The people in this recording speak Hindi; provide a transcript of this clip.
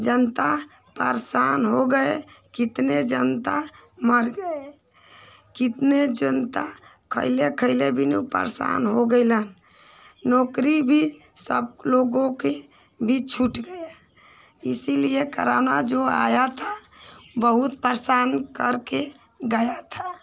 जनता परेशान हो गई कितनी जनता मर गई कितनी कितनी जनता खइले खइले बिनु परेशान हो गइलन नौकरी भी सबलोगों की भी छूट गई इसलिए कोरोना जो आया था बहुत परेशान करके गया था